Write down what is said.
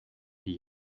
die